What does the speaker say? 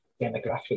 demographic